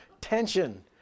Tension